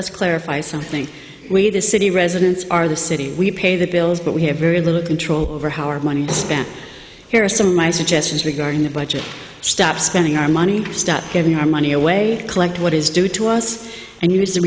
let's clarify something where the city residents are the city we pay the bills but we have very little control over how our money is spent here are some of my suggestions regarding the budget stop spending our money stop giving our money away collect what is due to us and use the